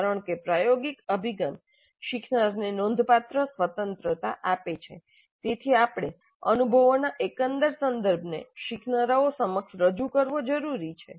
કારણ કે પ્રાયોગિક અભિગમ શીખનારને નોંધપાત્ર સ્વતંત્રતા આપે છે તેથી આપણે અનુભવોના એકંદર સંદર્ભને શીખનારાઓ સમક્ષ રજૂ કરવો જરૂરી છે